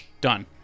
Done